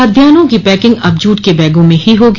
खाद्यान्नों की पैकिंग अब जूट के बैगों में ही होगी